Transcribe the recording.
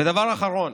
ודבר אחרון,